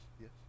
yes